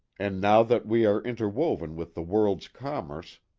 and now that we are interwoven with the world's commerce,